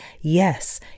yes